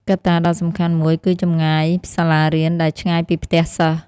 កត្តាដ៏សំខាន់មួយគឺចម្ងាយសាលារៀនដែលឆ្ងាយពីផ្ទះសិស្ស។